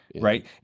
Right